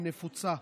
היא נפוצה.